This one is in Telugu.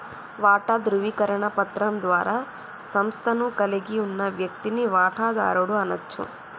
వాటా ధృవీకరణ పత్రం ద్వారా సంస్థను కలిగి ఉన్న వ్యక్తిని వాటాదారుడు అనచ్చు